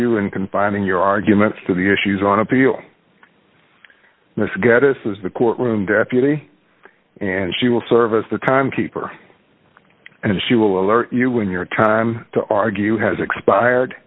you in confining your arguments to the issues on appeal mr geddes is the court room deputy and she will serve as the time keeper and she will alert you when your time to argue has expired